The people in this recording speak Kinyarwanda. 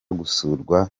gusurwa